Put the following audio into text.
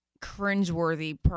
cringeworthy